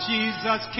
Jesus